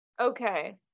Okay